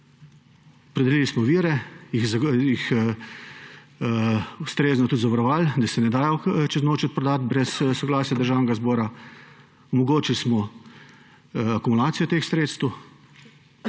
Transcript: Opredelili smo vire, jih ustrezno tudi zavarovali, da se ne dajo čez noč odprodati brez soglasja Državnega zbora. Omogočili smo akumulacijo teh sredstev